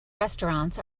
restaurants